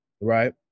Right